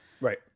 Right